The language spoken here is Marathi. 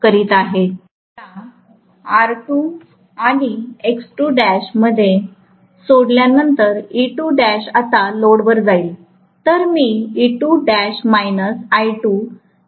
या R2 आणि मध्ये सोडल्या नंतरआता लोड वर जाईल